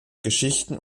geschichten